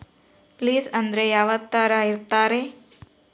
Place ಅಂದ್ರೆ ಯಾವ್ತರ ಇರ್ತಾರೆ?